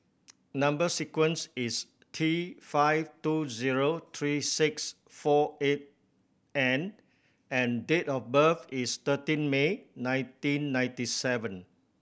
number sequence is T five two zero three six four eight N and date of birth is thirteen May nineteen ninety seven